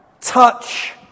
touch